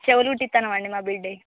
చెవులు కుట్టిస్తున్నాం అండి మా బిడ్డవి